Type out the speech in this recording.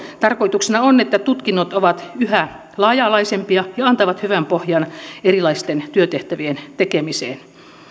tarkoituksena on että tutkinnot ovat yhä laaja alaisempia ja antavat hyvän pohjan erilaisten työtehtävien tekemiseen